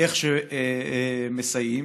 איך שמסייעים.